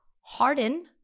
Harden